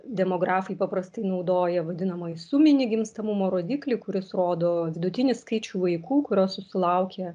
demografai paprastai naudoja vadinamąjį suminį gimstamumo rodiklį kuris rodo vidutinį skaičių vaikų kurio susilaukia